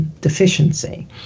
deficiency